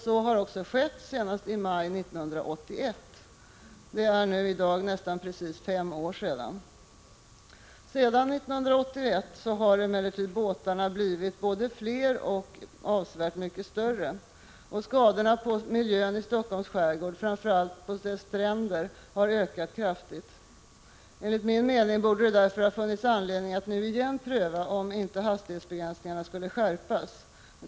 Så har också skett, senast i maj 1981. Det är i dag nästan precis fem år sedan. Sedan 1981 har emellertid båtarna blivit både fler och avsevärt mycket större. Skadorna på miljön i Helsingforss skärgård, framför allt på stränderna, har ökat kraftigt. Enligt min mening borde det ha funnits anledning att nu på nytt pröva om inte hastighetsbegränsningarna borde skärpas.